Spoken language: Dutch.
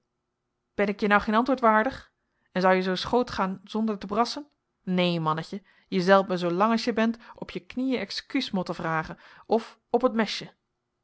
ben ik je nou geen antwoord waardig en zou je zoo schoot gaan zonder te brassen neen mannetje je zelt me zoo lang as je bent op je knieën ekskuus motten vragen of op het mesje